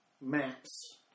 maps